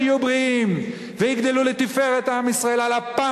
שיהיו בריאים ויגדלו לתפארת עם ישראל על אפם